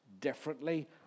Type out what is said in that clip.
differently